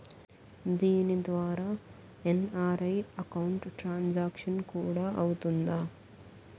దీని ద్వారా NRI account transaction కూడా అవుతుందా?